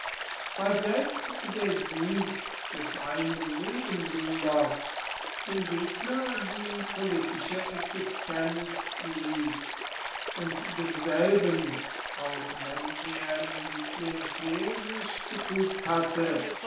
weil selbst der sieg des einen nebenbuhlers dem gegner die politische existenz ließ und demselben auch wenn er in die klientel sich gefügt hatte